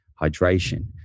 hydration